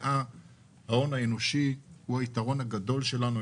ההון האנושי הוא היתרון הגדול שלנו,